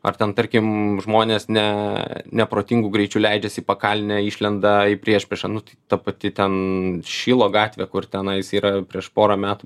ar ten tarkim žmonės ne neprotingu greičiu leidžias į pakalnę išlenda priešpriešą nu tai ta pati ten šilo gatvė kur tenais yra prieš pora metų